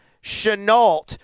Chenault